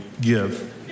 give